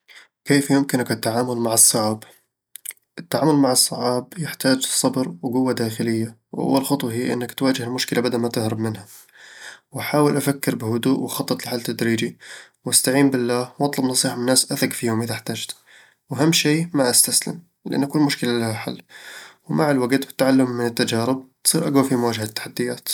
كيف يمكنك التعامل مع الصعاب؟ التعامل مع الصعاب يحتاج صبر وقوة داخلية، وأول خطوة هي إنك تواجه المشكلة بدل ما تهرب منها أحاول أفكر بهدوء وأخطط لحل تدريجي، وأستعين بالله وأطلب النصيحة من ناس أثق فيهم إذا احتجت وأهم شي ما أستسلم، لأن كل مشكلة لها حل، ومع الوقت والتعلم من التجارب، تصير أقوى في مواجهة التحديات